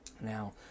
Now